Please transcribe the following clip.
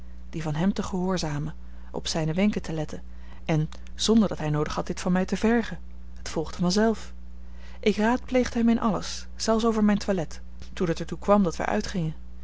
die van hem te gehoorzamen op zijne wenken te letten en zonder dat hij noodig had dit van mij te vergen het volgde van zelf ik raadpleegde hem in alles zelfs over mijn toilet toen het er toe kwam dat wij uitgingen